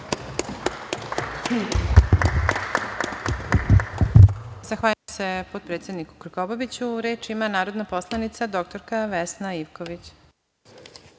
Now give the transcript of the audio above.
Zahvaljujem se potpredsedniku Krkobabiću. Reč ima narodna poslanica dr Vesna Ivković.